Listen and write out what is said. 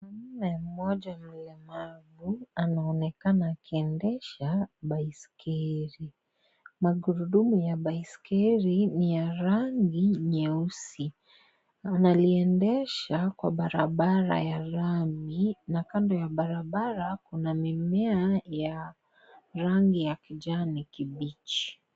Mwanamume mmoja mlemavu anaonekana akiendesha baiskeli. Magurudumu ya baiskeli ni ya rangi nyeusi. Analiendesha kwa barabara ya lami na kando ya barabara kuna mimea ya rangi ya kijani kibichi.